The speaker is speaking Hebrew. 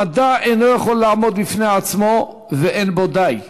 המדע אינו יכול לעמוד בפני עצמו ולא די בו,